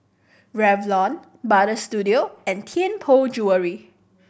Revlon Butter Studio and Tianpo Jewellery